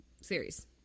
series